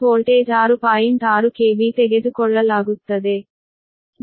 6 KV ತೆಗೆದುಕೊಳ್ಳಲಾಗುತ್ತದೆ